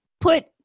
Put